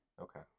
Okay